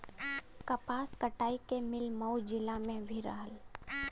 कपास कटाई क मिल मऊ जिला में भी रहल